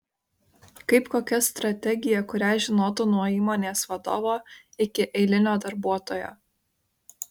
kaip kokia strategija kurią žinotų nuo įmonės vadovo iki eilinio darbuotojo